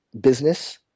business